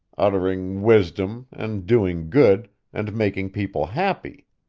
uttering wisdom, and doing good, and making people happy.